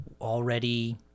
already